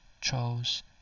chose